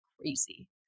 crazy